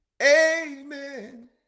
Amen